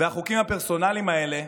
החוקים הפרסונליים האלה,